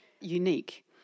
unique